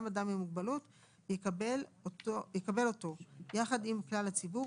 אדם עם מוגבלות יקבל אותו יחד עם כלל הציבור,